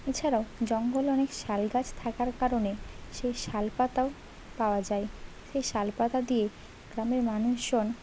এছাড়াও জঙ্গলে অনেক শাল গাছ থাকার কারণে সেই শাল পাতাও পাওয়া যায় সেই শাল পাতা দিয়ে গ্রামের মানুষজন